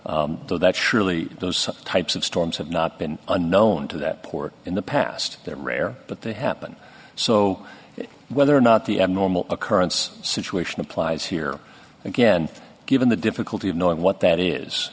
do that surely those types of storms have not been unknown to that port in the past that are rare but they happen so whether or not the abnormal occurrence situation applies here again given the difficulty of knowing what